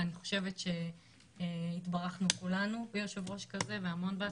אני חושבת שהתברכנו כולנו ביושב-ראש כזה והמון בהצלחה.